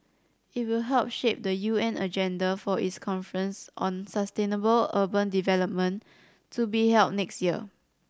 it will help shape the U N agenda for its conference on sustainable urban development to be held next year